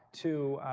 to